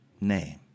name